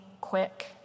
quick